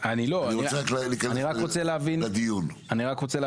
אני רק רוצה להבין מדבריך,